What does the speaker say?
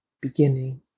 beginning